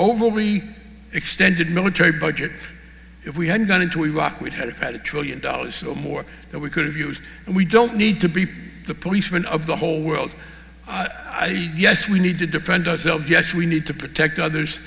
we extended military budget if we hadn't gone into iraq would have had a trillion dollars more that we could have used and we don't need to be the policeman of the whole world yes we need to defend ourselves yes we need to protect others